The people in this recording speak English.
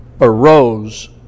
arose